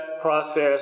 process